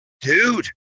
dude